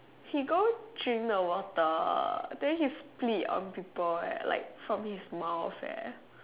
he goes drink the water then he spits on people eh like from his mouth eh